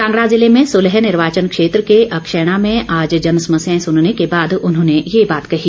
कांगड़ा ज़िले में सुलह निर्वाचन क्षेत्र के अक्षैणा में आज जनसमस्याएं सुनने के बाद उन्होंने ये बात कही